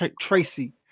Tracy